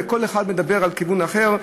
וכל אחד מדבר על כיוון אחר,